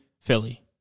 Philly